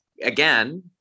again